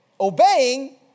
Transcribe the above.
obeying